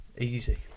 Easy